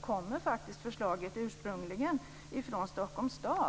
kommer faktiskt förslaget ursprungligen från Stockholms stad.